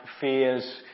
fears